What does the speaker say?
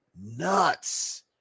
nuts